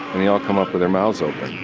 and they all come up with their mouths open,